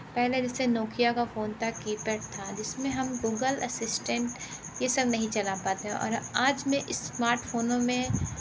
पहले जैसे नोकिया का फोन था कीपैड था जिस में हम गूगल असिस्टेंट ये सब नहीं चला पाते हैं और आज मैं स्मार्टफोनों में